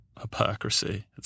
hypocrisy